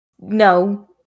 no